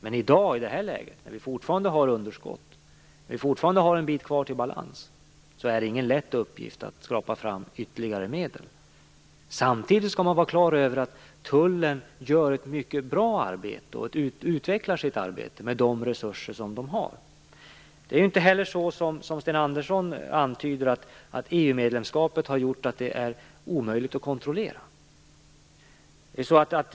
Men i det här läget, när vi fortfarande har underskott, fortfarande har en bit till balans, är det ingen lätt uppgift att skrapa fram ytterligare medel. Samtidigt skall man ha klart för sig att tullen gör ett mycket bra arbete och utvecklar sitt arbete med de resurser man har. Det är inte heller så, som Sten Andersson antydde, att EU-medlemskapet har gjort att detta är omöjligt att kontrollera.